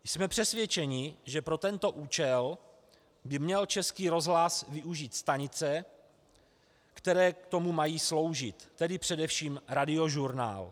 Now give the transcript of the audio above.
Jsme přesvědčeni, že pro tento účel by měl Český rozhlas využít stanice, které k tomu mají sloužit, tedy především Radiožurnál.